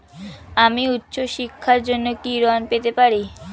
আমি উচ্চশিক্ষার জন্য কি ঋণ পেতে পারি?